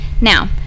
Now